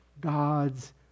God's